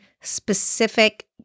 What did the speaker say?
specific